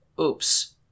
Oops